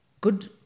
good